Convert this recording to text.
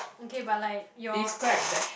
okay but like your